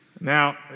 Now